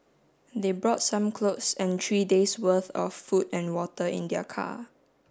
they brought some clothes and three days worth of food and water in their car